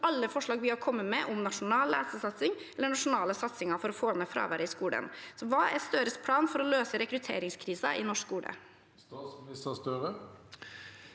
alle forslag vi har kommet med om nasjonal lesesatsing eller den nasjonale satsingen for å få ned fraværet i skolen. Hva er Støres plan for å løse rekrutteringskrisen i norsk skole? Statsminister Jonas